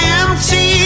empty